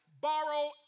Borrow